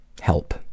help